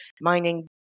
mining